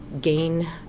gain